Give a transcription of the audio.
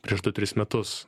prieš du tris metus